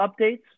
updates